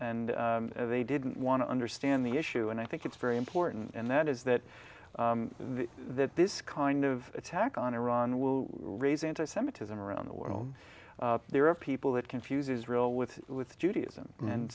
and they didn't want to understand the issue and i think it's very important and that is that the that this kind of attack on iran will raise anti semitism around the world there are people that confuses real with with judaism and